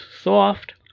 soft